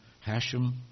Hashem